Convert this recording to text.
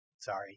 sorry